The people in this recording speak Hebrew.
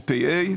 פ"ה,